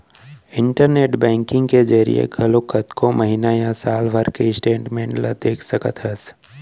internet banking के जरिए घलौक कतको महिना या साल भर के स्टेटमेंट ल देख सकत हस